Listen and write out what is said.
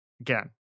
Again